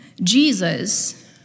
Jesus